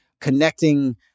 connecting